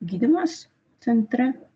gydymas centre